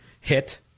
hit